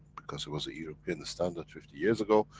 because it was a european standard fifty years ago,